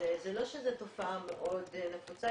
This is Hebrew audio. זה לא שזו תופעה מאוד נפוצה,